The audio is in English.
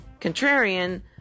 contrarian